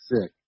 sick